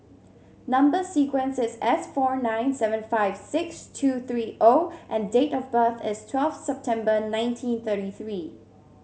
number sequence is S four nine seven five six two three O and date of birth is twelve September nineteen thirty three